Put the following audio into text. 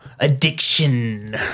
Addiction